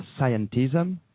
scientism